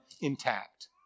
intact